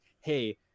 hey